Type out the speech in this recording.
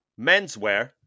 Menswear